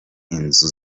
inzu